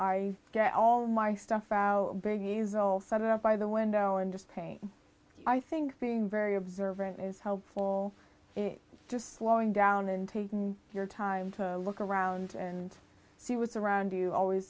i get all my stuff out big a zero zero seven up by the window and just pain i think being very observant is helpful just slowing down and taking your time to look around and see what's around you always